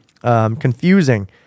confusing